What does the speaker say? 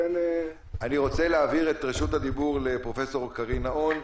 אני רוצה להעביר את רשות הדיבור לפרופסור קרין נהון.